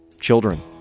children